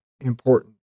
important